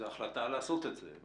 זו החלטה לעשות את זה.